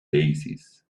daisies